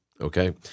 okay